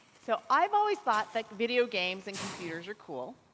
so i've always thought that video games and computers were cool,